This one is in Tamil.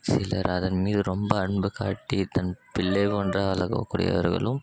சிலர் அதன் மீது ரொம்ப அன்புக்காட்டி தன் பிள்ளை போன்று வளர்க்கக்கூடியவர்களும்